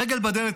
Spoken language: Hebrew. רגל בדלת,